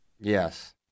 Yes